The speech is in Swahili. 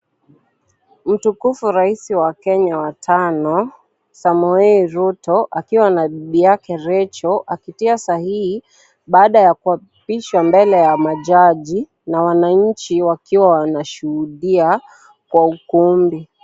Mtukufu raisi wa Kenya wa tano, Samoei Ruto, akiwa na bibi yake Rachel, akitia sahihi baada ya kuapishwa mbele ya majaji na wananchi wakiwa wanashuhudia kwa ukumbi.